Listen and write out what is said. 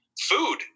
Food